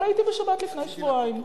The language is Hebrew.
אבל הייתי בשבת לפני שבועיים.